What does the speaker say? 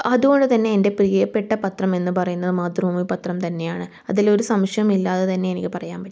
അതുകൊണ്ട് തന്നെ എൻ്റെ പ്രിയപ്പെട്ട പത്രം എന്ന് പറയുന്നത് മാതൃഭൂമി പത്രം തന്നെയാണ് അതിൽ ഒരു സംശയവുമില്ലാതെ തന്നെ എനിക്ക് പറയാൻ പറ്റും